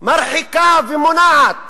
מרחיקה ומונעת